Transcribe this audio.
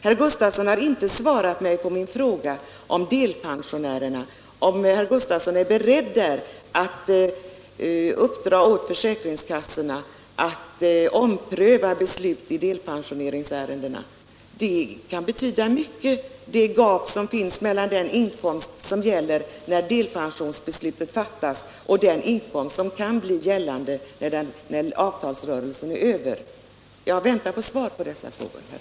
Han har inte svarat på min fråga om delpensionerna. Är herr Gustavsson beredd att uppdra åt försäkringskassorna att ompröva beslut i delpensioneringsärendena? Det gap som finns mellan den inkomst som gäller när delpensionsbeslutet fattats och den inkomst som kan bli gällande när avtalsrörelsen är över, detta gap kan betyda mycket. Jag väntar svar på dessa frågor.